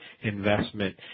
investment